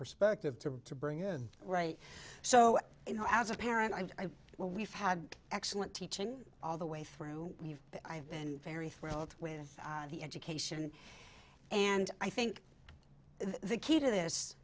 perspective to bring in right so you know as a parent i well we've had excellent teaching all the way through i have been very thrilled with the education and i think the key to this